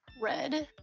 red.